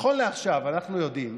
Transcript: נכון לעכשיו אנחנו יודעים